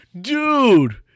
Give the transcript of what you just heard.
Dude